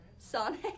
Sonic